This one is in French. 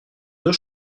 deux